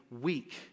weak